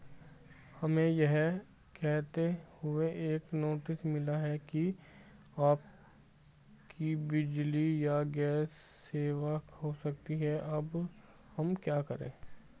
हमें यह कहते हुए एक नोटिस मिला कि हम अपनी बिजली या गैस सेवा खो सकते हैं अब हम क्या करें?